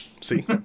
see